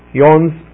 yawns